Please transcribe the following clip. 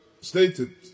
stated